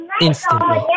Instantly